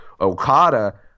Okada